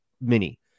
mini